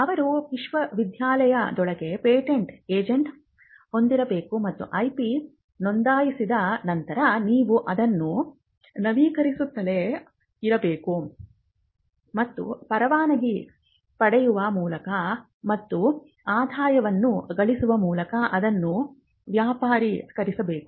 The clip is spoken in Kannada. ಅವರು ವಿಶ್ವವಿದ್ಯಾನಿಲಯದೊಳಗೆ ಪೇಟೆಂಟ್ ಏಜೆಂಟ್ ಹೊಂದಿರಬೇಕು ಮತ್ತು IP ನೋಂದಾಯಿಸಿದ ನಂತರ ನೀವು ಅದನ್ನು ನವೀಕರಿಸುತ್ತಲೇ ಇರಬೇಕು ಮತ್ತು ಪರವಾನಗಿ ಪಡೆಯುವ ಮೂಲಕ ಮತ್ತು ಆದಾಯವನ್ನು ಗಳಿಸುವ ಮೂಲಕ ಅದನ್ನು ವ್ಯಾಪಾರೀಕರಿಸಬೇಕು